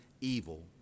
evil